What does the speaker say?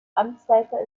amtsleiter